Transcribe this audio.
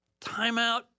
timeout